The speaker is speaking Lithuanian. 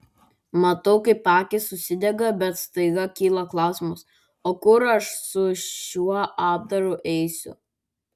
matau kaip akys užsidega bet staiga kyla klausimas o kur aš su šiuo apdaru eisiu